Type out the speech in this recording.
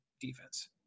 defense